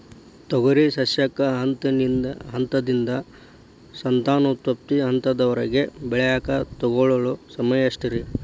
ತೊಗರಿ ಸಸ್ಯಕ ಹಂತದಿಂದ, ಸಂತಾನೋತ್ಪತ್ತಿ ಹಂತದವರೆಗ ಬೆಳೆಯಾಕ ತಗೊಳ್ಳೋ ಸಮಯ ಎಷ್ಟರೇ?